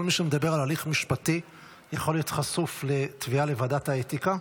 כל מי שמדבר על הליך משפטי יכול להיות חשוף לתביעה בוועדת האתיקה.